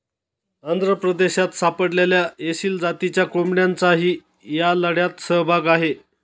आंध्र प्रदेशात सापडलेल्या एसील जातीच्या कोंबड्यांचाही या लढ्यात सहभाग आहे